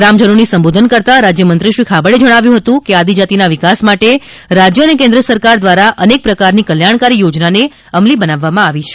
ગ્રામજનોને સંબોધન કરતા રાજ્યમંત્રીશ્રી ખાબડે જણાવ્યું કે આદિજાતિના વિકાસ માટે રાજ્ય અને કેન્દ્ર સરકાર દ્વારા અનેક પ્રકારની કલ્યાણકારી યોજનાને અમલી બનાવવામાં આવી છે